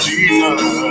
Jesus